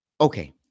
Okay